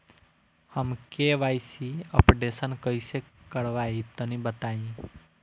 हम KYC updation कइसे करवाई तनि बताई?